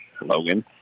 Logan